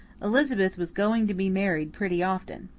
elizabeth was going to be married pretty often.